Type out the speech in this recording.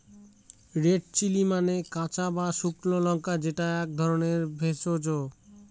red chilli মানে কাঁচা বা শুকনো লঙ্কা যেটা এক ধরনের ভেষজ